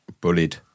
bullied